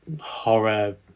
horror